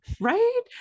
Right